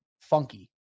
funky